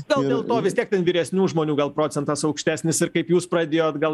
gal dėl to vis tiek ten vyresnių žmonių gal procentas aukštesnis ir kaip jūs pradėjot gal